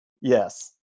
Yes